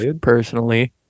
personally